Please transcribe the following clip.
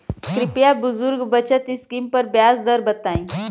कृपया बुजुर्ग बचत स्किम पर ब्याज दर बताई